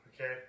okay